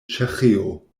ĉeĥio